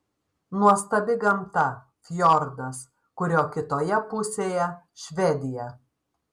nuostabi gamta fjordas kurio kitoje pusėje švedija